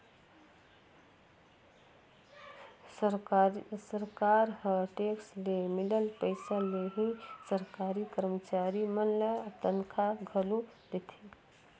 सरकार ह टेक्स ले मिलल पइसा ले ही सरकारी करमचारी मन ल तनखा घलो देथे